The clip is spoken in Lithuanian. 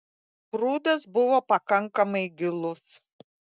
prūdas buvo pakankamai gilus